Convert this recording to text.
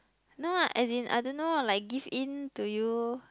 no ah as in I don't know ah like give in to you